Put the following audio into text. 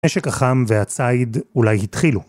‫הנשק החם והצייד אולי התחילו.